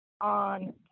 on